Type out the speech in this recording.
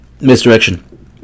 misdirection